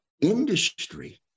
industry